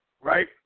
Right